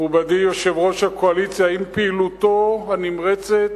מכובדי יושב-ראש הקואליציה, האם פעילותו הנמרצת